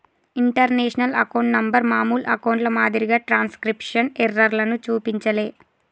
international account number మామూలు అకౌంట్ల మాదిరిగా ట్రాన్స్క్రిప్షన్ ఎర్రర్లను చూపించలే